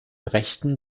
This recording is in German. rechten